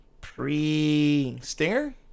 pre-stinger